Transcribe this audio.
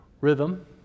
rhythm